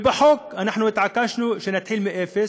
ובחוק אנחנו התעקשנו שנתחיל מאפס,